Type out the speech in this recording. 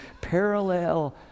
parallel